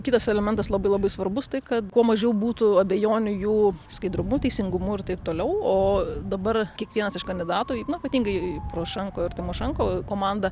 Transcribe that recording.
kitas elementas labai labai svarbus tai kad kuo mažiau būtų abejonių jų skaidrumu teisingumu ir taip toliau o dabar kiekvienas iš kandidatų į nu ypatingai porošenko ir tymošenko komanda